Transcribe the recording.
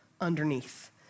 underneath